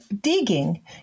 digging